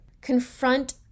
Confront